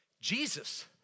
Jesus